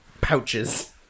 pouches